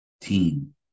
Team